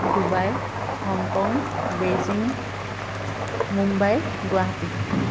Dubai Hong Kong Beijing Mumbai Guwahati